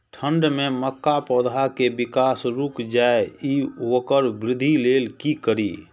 ठंढ में मक्का पौधा के विकास रूक जाय इ वोकर वृद्धि लेल कि करी?